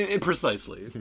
precisely